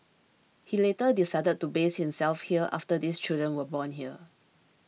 he later decided to base himself here after his children were born here